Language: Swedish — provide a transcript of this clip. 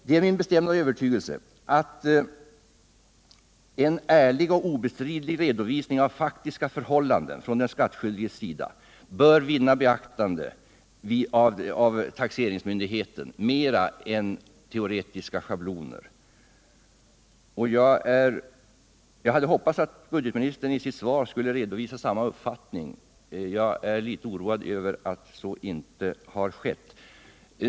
Det är min bestämda övertygelse att en ärlig och obestridlig redovisning av det faktiska förhållandet från den skattskyldiges sida bör vinna mer beaktande av taxeringsmyndigheten än teoretiska schabloner. Jag hade hoppats att budgetministern i sitt svar skulle redovisa samma uppfattning, och jag är litet oroad över att så inte har skett.